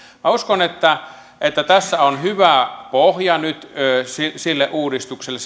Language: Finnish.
minä uskon että että tässä on hyvä pohja nyt sille uudistukselle